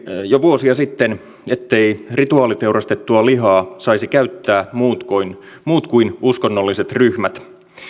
jo vuosia sitten etteivät rituaaliteurastettua lihaa saisi käyttää muut kuin muut kuin uskonnolliset ryhmät